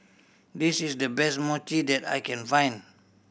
this is the best Mochi that I can find